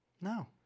No